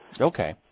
Okay